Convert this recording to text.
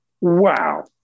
wow